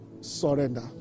surrender